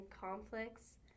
conflicts